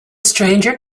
stranger